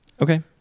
Okay